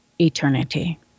eternity